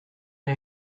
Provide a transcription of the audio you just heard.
ere